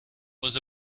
was